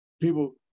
People